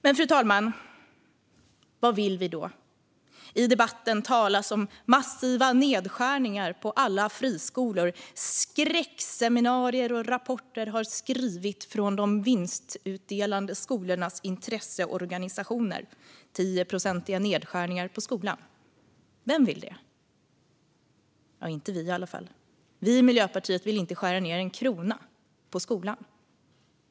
Fru talman! Vad vill vi då? I debatten talas om massiva nedskärningar på alla friskolor. Skräckscenarier och rapporter har skrivits från de vinstutdelande skolornas intresseorganisationer. 10-procentiga nedskärningar på skolan - vem vill det? Inte vi i alla fall. Vi i Miljöpartiet vill inte skära ned en krona på skolan.